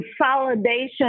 consolidation